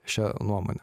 šia nuomone